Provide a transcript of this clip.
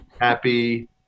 happy